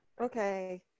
okay